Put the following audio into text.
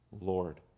Lord